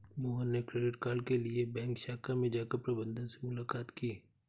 मोहन ने credit card के लिए बैंक शाखा में जाकर प्रबंधक से मुलाक़ात की